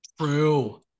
true